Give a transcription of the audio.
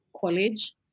college